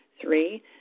Three